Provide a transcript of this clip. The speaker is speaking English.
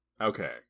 Okay